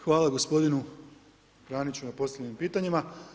Hvala gospodinu Praniću na postavljenim pitanjima.